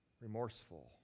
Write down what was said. remorseful